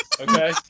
okay